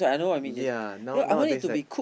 yea now nowadays like